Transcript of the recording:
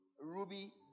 Ruby